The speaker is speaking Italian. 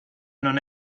non